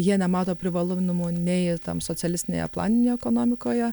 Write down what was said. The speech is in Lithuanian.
jie nemato privalunumų nei tam socialistinėje planinėje ekonomikoje